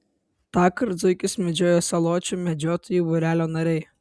tąkart zuikius medžiojo saločių medžiotojų būrelio nariai